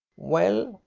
well?